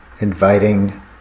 inviting